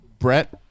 Brett